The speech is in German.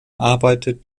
arbeitet